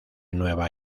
nueva